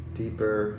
deeper